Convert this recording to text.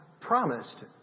promised